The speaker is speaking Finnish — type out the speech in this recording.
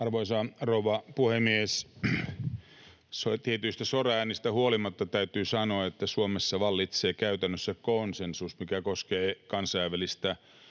Arvoisa rouva puhemies! Tietyistä soraäänistä huolimatta täytyy sanoa, että Suomessa vallitsee käytännössä konsensus, mikä koskee kansainvälistä